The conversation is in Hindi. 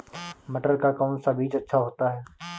मटर का कौन सा बीज अच्छा होता हैं?